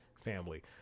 family